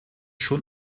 schon